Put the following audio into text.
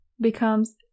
becomes